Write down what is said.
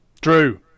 Drew